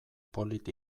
polit